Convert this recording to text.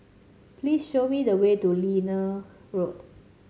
please show me the way to Liane Road